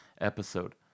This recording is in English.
episode